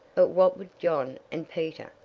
but what would john and peter,